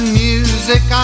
music